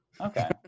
Okay